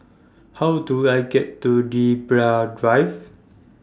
How Do I get to Libra Drive